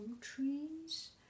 trees